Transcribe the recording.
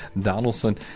Donaldson